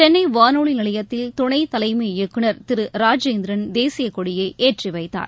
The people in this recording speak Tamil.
சென்னை வானொலி நிலையத்தில் துணைத்தலைமை இயக்குநர் திரு ராஜேந்திரன் தேசியக்கொடியை ஏற்றி வைத்தார்